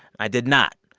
i did not,